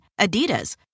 Adidas